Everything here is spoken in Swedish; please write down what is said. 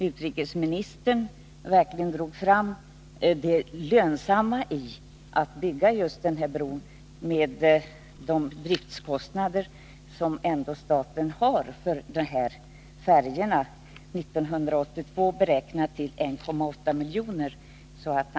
Utrikesministern har verkligen dragit fram det lönsamma i att bygga just den här bron, med de driftskostnader som staten har för färjorna, för år 1982 beräknade till 1,8 milj.kr.